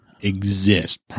Exist